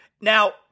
Now